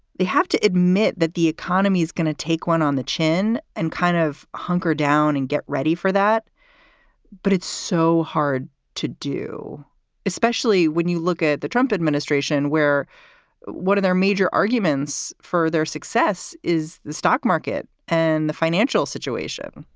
they have to admit that the economy is going to take one on the chin and kind of hunker down and get ready for that but it's so hard to do especially when you look at the trump administration, where what are their major arguments for their success is the stock market and the financial situation?